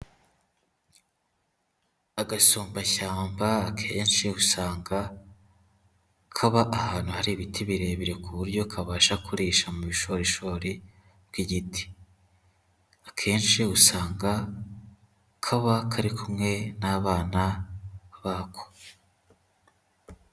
Agasumbashyamba akenshi usanga kaba ahantu hari ibiti birebire ku buryo kabasha kurisha mu bushorishori bw'igiti, akenshi usanga kaba kari kumwe n'abana bako.